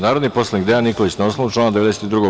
Narodni poslanik Dejan Nikolić, na osnovu člana 92.